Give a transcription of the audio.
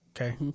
Okay